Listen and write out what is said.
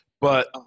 but-